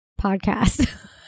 podcast